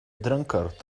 drunkard